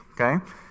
okay